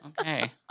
Okay